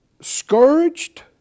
scourged